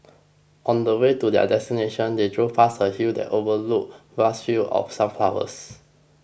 on the way to their destination they drove past a hill that overlooked vast fields of sunflowers